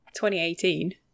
2018